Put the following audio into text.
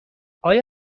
آیا